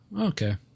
Okay